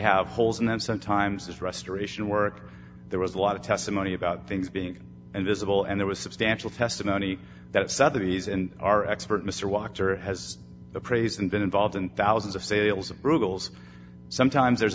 have holes in them sometimes it's restoration work there was a lot of testimony about things being invisible and there was substantial testimony that southerlies and our expert mr walker has praised and been involved in thousands of sales approvals sometimes there's